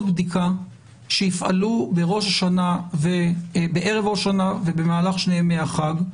בדיקה שיפעלו בערב ראש השנה ובמהלך שני ימי החג,